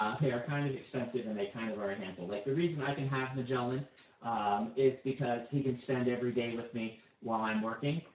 they are kind of expensive, and they kind of are a handful. like, the reason i can have magellan is because he can spend every day with me while i'm working,